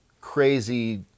crazy